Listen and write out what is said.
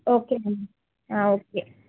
okay madam okay